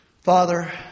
Father